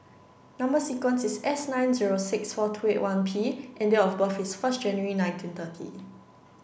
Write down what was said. number sequence is S nine zero six four two eight one P and date of birth is first January nineteen thirty